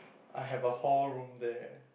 I have a hall room there